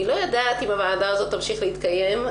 אני לא יודעת אם הוועדה הזאת תמשיך להתקיים,